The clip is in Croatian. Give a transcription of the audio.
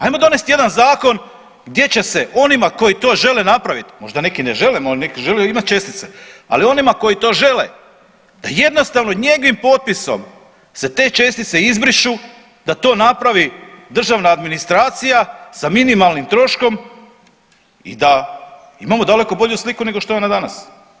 Ajmo donest jedan zakon gdje će se onima koji to žele napraviti, možda neki ne žele, neki žele imati čestice, ali onima koji to žele da jednostavno njegovim potpisom se te čestice izbrišu da to napravi državna administracija sa minimalnim troškom i da imamo daleko bolju sliku nego što je ona danas.